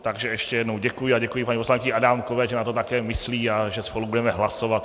Takže ještě jednou děkuji a děkuji paní poslankyni Adámkové, že na to také myslí a že spolu budeme hlasovat.